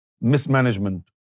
mismanagement